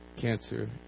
cancer